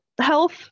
health